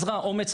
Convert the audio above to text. אזרה אומץ.